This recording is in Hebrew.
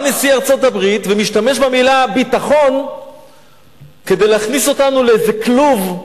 בא נשיא ארצות-הברית ומשתמש במלה ביטחון כדי להכניס אותנו לאיזה כלוב.